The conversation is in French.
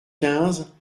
quinze